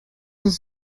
uns